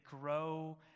grow